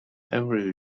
every